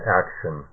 action